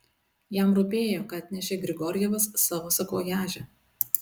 jam rūpėjo ką atnešė grigorjevas savo sakvojaže